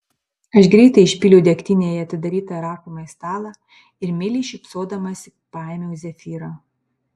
aš greitai išpyliau degtinę į atidarytą rašomąjį stalą ir meiliai šypsodamasi paėmiau zefyrą